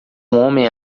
homem